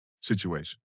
situation